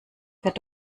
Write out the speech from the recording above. wird